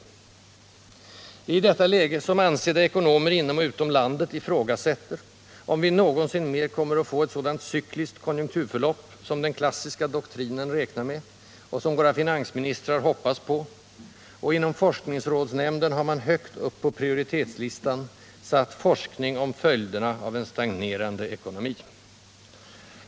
Det är i detta läge som ansedda ekonomer inom och utom landet ifrågasätter om vi någonsin mer kommer att få ett sådant cykliskt konjunkturförlopp, som den klassiska doktrinen räknar med och som våra finansministrar hoppas på, och inom Forskningsrådsnämnden har man högt på prioritetslistan satt forskning om följderna av en stagnerande ekonomi.